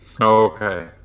Okay